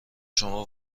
شما